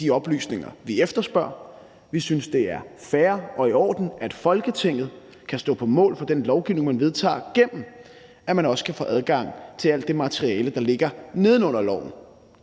de oplysninger, vi efterspørger. Vi synes, det er fair og i orden, at Folketinget kan stå på mål for den lovgivning, vi vedtager, gennem at vi også kan få adgang til alt det materiale, der ligger neden under loven,